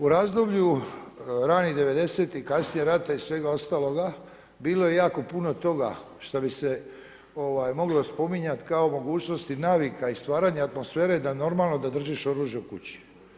U razdoblju ranih 90-tih kasnije rata i svega ostaloga bilo je jako puno toga što bi se moglo spominjat kao mogućnost navika i stvaranja atmosfere da normalno da držiš oružje u kući.